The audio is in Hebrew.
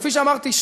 וכפי שאמרתי,